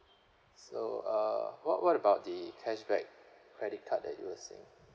so uh what what about the cashback credit that you were saying